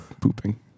pooping